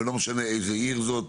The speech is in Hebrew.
ולא משנה איזו עיר זאת.